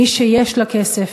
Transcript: מי שיש לה כסף,